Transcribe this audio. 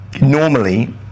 normally